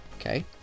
Okay